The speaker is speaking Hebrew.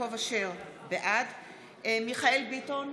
בעד מיכאל מרדכי ביטון,